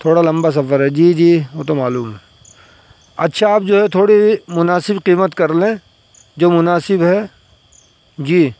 تھوڑا لمبا سفر ہے جی جی وہ تو معلوم ہے اچھا اب جو ہے تھوڑی مناسب قیمت کرلیں جو مناسب ہے جی